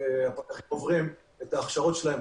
הפקחים עוברים את ההכשרות שלהם,